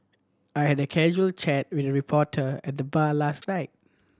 I had a casual chat with reporter at the bar last night